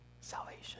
salvation